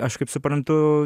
aš kaip suprantu